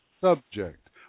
subject